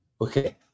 Okay